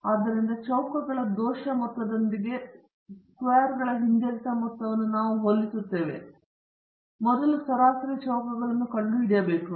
ಆದ್ದರಿಂದ ಚೌಕಗಳ ದೋಷ ಮೊತ್ತದೊಂದಿಗೆ ಸ್ಕ್ವೇರ್ಗಳ ಹಿಂಜರಿತ ಮೊತ್ತವನ್ನು ನಾವು ಹೋಲಿಸುತ್ತೇವೆ ಮತ್ತು ತಕ್ಷಣವೇ ಅಲ್ಲ ನಾವು ಮೊದಲು ಸರಾಸರಿ ಚೌಕಗಳನ್ನು ಕಂಡುಹಿಡಿಯಬೇಕು